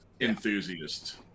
enthusiast